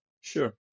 Sure